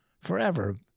forever